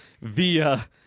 via